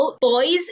boys